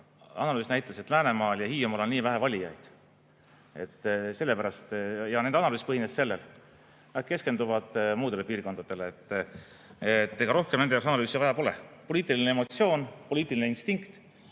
analüüs näitas, et Läänemaal ja Hiiumaal on nii vähe valijaid, selle pärast. Nende analüüs põhines sellel. Nad keskenduvad muudele piirkondadele. Rohkem nende jaoks analüüse vaja pole. Poliitiline emotsioon, poliitiline instinkt.